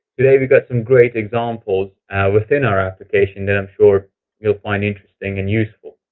today we got some great examples within our application that i'm sure you will find interesting and useful.